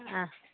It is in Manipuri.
ꯑꯥ